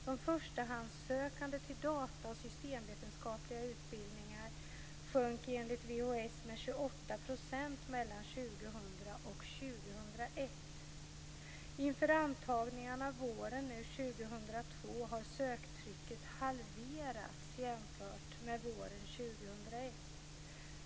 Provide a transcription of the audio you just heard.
De förstahandssökande till data och systemvetenskapliga utbildningar sjönk enligt VHS med 28 % mellan 2000 och 2001. Inför antagningarna våren 2002 har söktrycket halverats jämfört med våren 2001.